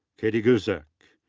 katy guzek.